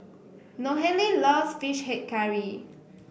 Nohely loves fish head curry